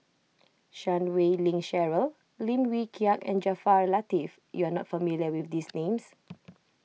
Chan Wei Ling Cheryl Lim Wee Kiak and Jaafar Latiff you are not familiar with these names